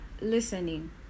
listening